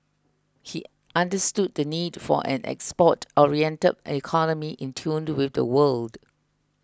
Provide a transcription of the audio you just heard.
he understood the need for an export oriented economy in tune with the world